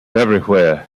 everywhere